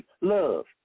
love